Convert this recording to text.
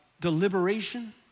deliberation